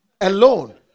Alone